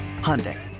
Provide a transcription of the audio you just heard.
Hyundai